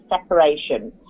separation